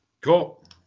Cool